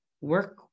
work